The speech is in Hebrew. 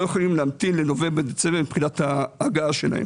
יכולים להמתין לנובמבר דצמבר מבחינת ההגעה שלהם.